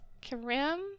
Karam